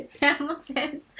Hamilton